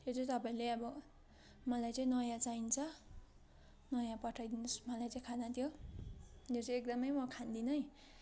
त्यो चाहिँ तपाईँहरूले अब मलाई चाहिँ नयाँ चाहिन्छ नयाँ पठाइदिनु होस् मलाई चाहिँ खाना त्यो यो चाहिँ एकदमै म खादिनँ